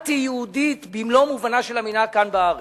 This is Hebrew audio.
אנטי-יהודית במלוא מובנה של המלה כאן בארץ.